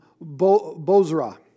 Bozrah